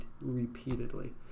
repeatedly